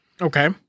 Okay